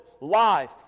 life